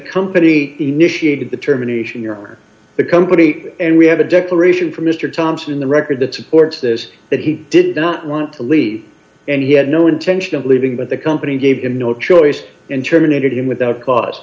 company initiated the terminations your honor the company and we have a declaration from mr thompson in the record that supports this that he did not want to leave and he had no intention of leaving but the company gave him no choice and terminated him without cause